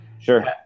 Sure